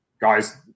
guys